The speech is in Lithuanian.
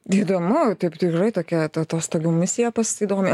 įdomu taip tikrai tokia ta atostogų misija pas įdomi